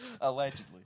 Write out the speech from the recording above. Allegedly